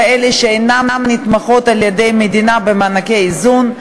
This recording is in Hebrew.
כאלה שאינן נתמכות על-ידי המדינה במענקי איזון.